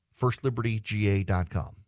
FirstLibertyGA.com